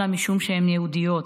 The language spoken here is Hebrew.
אלא משום שהן יהודיות.